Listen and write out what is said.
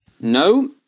No